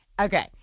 okay